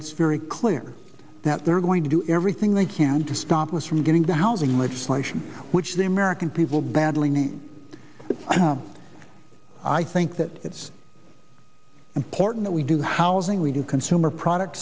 it's very clear that they're going to do everything they can to stop us from getting the housing legislation which the american people badly name but i know i think that it's important we do housing we do consumer product